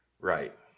Right